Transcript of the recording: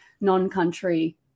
non-country